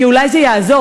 כי אולי זה יעזור.